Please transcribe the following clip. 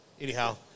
anyhow